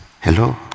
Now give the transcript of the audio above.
Hello